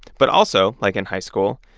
but also, like in high school,